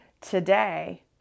today